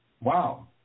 wow